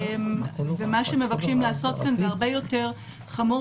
מה שמבקשים לעשות פה זה הרבה יותר חמור